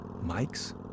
Mikes